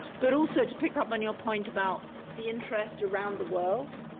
but, also, to pick up on your point about the interest around the world